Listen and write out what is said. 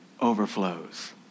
overflows